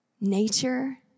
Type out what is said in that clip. nature